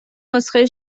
نسخه